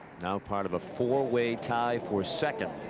now part of a four-way tie for second.